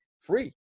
free